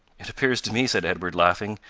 it appears to me, said edward, laughing,